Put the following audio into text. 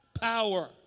power